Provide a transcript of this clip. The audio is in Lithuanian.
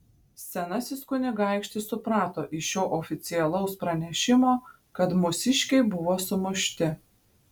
senasis kunigaikštis suprato iš šio oficialaus pranešimo kad mūsiškiai buvo sumušti